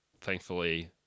thankfully